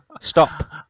Stop